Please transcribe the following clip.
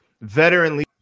veteran